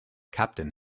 captain